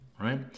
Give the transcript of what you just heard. right